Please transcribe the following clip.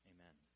Amen